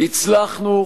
הצלחנו,